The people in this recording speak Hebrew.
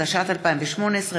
התשע"ט 2018,